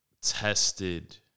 Tested